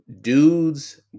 dudes